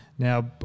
Now